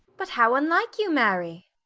but how unlike you, mary.